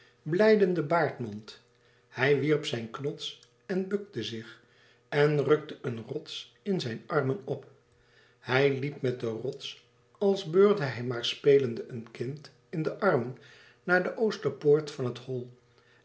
blijdenen baardmond hij wierp zijn knots en bukte zich en rukte een rots in zijn armen op hij liep met den rots als beurde hij maar spelende een kind in de armen naar de oosterpoort van het hol